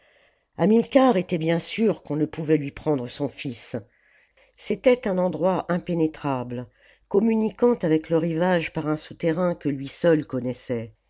hamilcar était bien sûr qu'on ne pouvait lui prendre son fds c'était un endroit impénétrable communiquant avec le rivage par un souterrain que lui seul connaissait